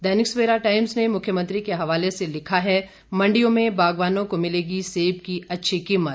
दैनिक Savera Times ने मुख्यमंत्री के हवाले से लिखा है मंडियों में बागवानों को मिलेगी सेब की अच्छी कीमत